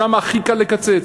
שם הכי קל לקצץ.